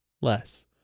Less